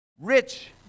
rich